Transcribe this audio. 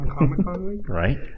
right